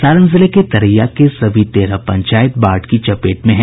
सारण जिले के तरैया के सभी तेरह पंचायत बाढ़ की चपेट में हैं